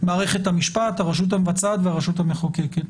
מערכת המשפט, הרשות המבצעת והרשות המחוקקת.